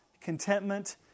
contentment